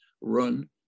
run